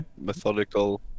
Methodical